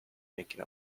making